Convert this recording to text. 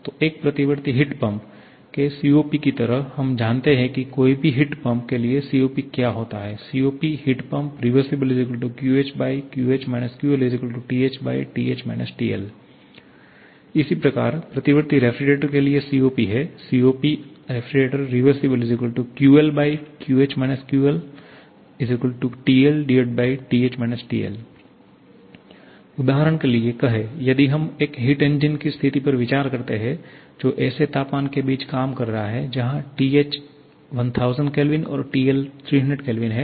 तो एक प्रतिवर्ती हिट पंप के COP की तरह हम जानते हैं कि कोई भी हिट पंप के लिए COP क्या होता है 𝐶𝑂𝑃𝐻𝑃𝑟𝑒𝑣 QHQH QLTHTH TL इसी प्रकार प्रतिवर्ती रेफ्रिजरेटर के लिए COP है 𝐶𝑂𝑃R𝑟𝑒𝑣 QLQH QLTLTH TL उदाहरण के लिए कहें यदि हम एक हिट इंजन की स्थिति पर विचार करते हैं जो ऐसे तापमान के बीच काम कर रहा है जहाँ TH 1000 K और TL 300 K है